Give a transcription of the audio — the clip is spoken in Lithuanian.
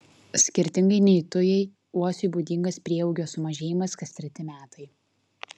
skirtingai nei tujai uosiui būdingas prieaugio sumažėjimas kas treti metai